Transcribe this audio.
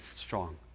strong